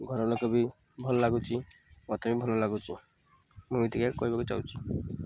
ଘର ଲୋକବି ଭଲ ଲାଗୁ ମତେ ବି ଭଲ ଲାଗୁଛି ମୁଁ ଏ ଟିକେ କହିବାକୁ ଚାହୁଁଛି